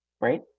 right